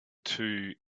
two